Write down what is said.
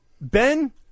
Ben